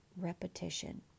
repetition